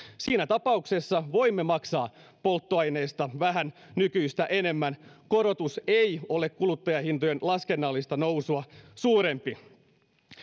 siinä tapauksessa voimme maksaa polttoaineesta vähän nykyistä enemmän korotus ei ole kuluttajahintojen laskennallista nousua suurempi